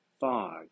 fog